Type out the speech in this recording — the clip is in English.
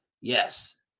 Yes